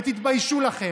ותתביישו לכם.